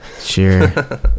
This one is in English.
Sure